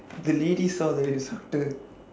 the lady saw the instructor